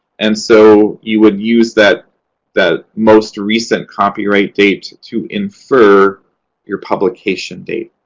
and so you would use that that most recent copyright date to infer your publication date.